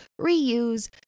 reuse